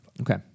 Okay